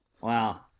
wow